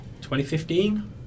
2015